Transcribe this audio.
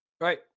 Right